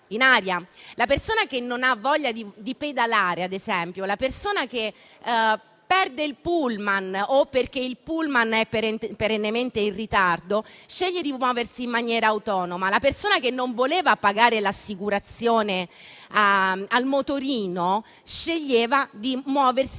La persona che non ha voglia di pedalare, la persona che perde il bus o il cui autobus è perennemente in ritardo, sceglie di muoversi in maniera autonoma; la persona che non voleva pagare l'assicurazione del motorino, sceglieva di muoversi in monopattino.